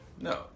No